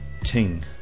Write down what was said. ting